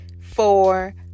four